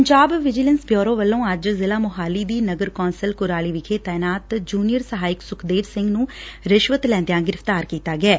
Punjab vigilance bureau ਵੱਲੋਂ ਅੱਜ ਜ਼ਿਲ੍ਹਾ ਮੁਹਾਲੀ ਦੀ ਨਗਰ ਕੌਂਸਲ ਕੁਰਾਲੀ ਵਿਖੇ ਤਾਇਨਾਤ ਜੂਨੀਅਰ ਸਹਾਇਕ ਸੁਖਦੇਵ ਸਿੱਘ ਨੂੰ ਰਿਸ਼ਵਤ ਲੈਂਦਿਆ ਗ੍ਰਿਫ਼ਤਾਰ ਕੀਤਾ ਗਿਐ